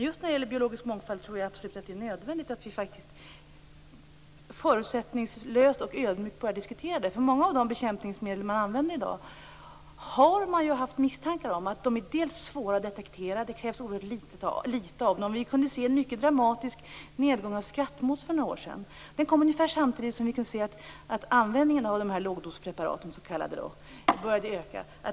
Just när det gäller biologisk mångfald tror jag att det är absolut nödvändigt att förutsättningslöst och ödmjukt börja diskutera detta. Många av de bekämpningmedel som används i dag har man haft misstankar om. De är svåra att detektera, eftersom det krävs oerhört små mängder. Vi kunde för några år sedan se en mycket dramatisk nedgång av antalet skrattmåsar. Den kom ungefär samtidigt som användningen av de här lågdospreparaten började öka.